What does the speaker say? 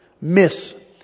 miss